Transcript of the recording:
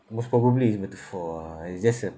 most probably it's metaphor ah it's just a